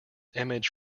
image